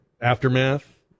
aftermath